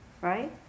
Right